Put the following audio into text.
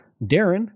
Darren